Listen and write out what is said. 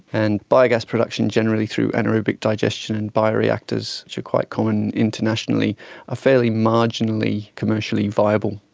and biogas production generally through anaerobic digestion and bioreactors, which are quite common internationally are fairly marginally commercially viable.